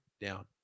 down